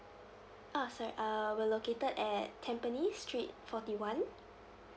ah sir err we're located at tampines street forty one